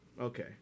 Okay